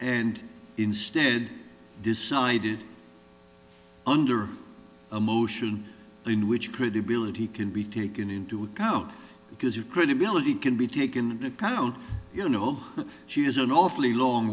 and instead decided under a motion in which credibility can be taken into account because your credibility can be taken into account you know she has an awfully long